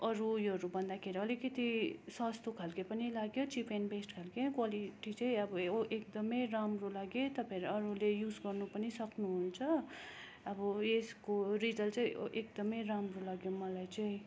अरू योहरू भन्दाखेरि अलिकति सस्तो खालके पनि लाग्यो चिप एन्ड बेस्ट खालके क्वालिटी चाहिँ अब यो एकदमै राम्रो लाग्यो तपाईँहरू अरूले युज गर्नु पनि सक्नुहुन्छ अब यसको रिजल्ट चाहिँ एकदमै राम्रो लाग्यो मलाई चाहिँ